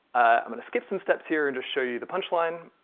i'm going to skip some steps here and just show you the punchline.